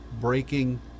breaking